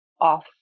off